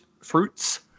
fruits